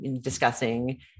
discussing